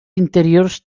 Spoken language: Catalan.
interiors